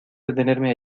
detenerme